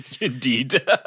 Indeed